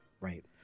Right